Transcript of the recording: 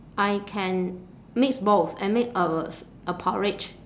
I can mix both and make uh a porridge